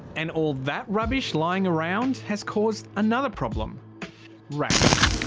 and all that rubbish lying around has caused another problem rats.